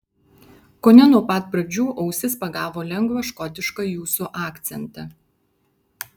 kone nuo pat pradžių ausis pagavo lengvą škotišką jūsų akcentą